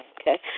Okay